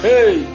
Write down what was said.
Hey